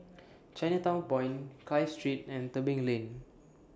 Chinatown Point Clive Street and Tebing Lane